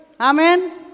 Amen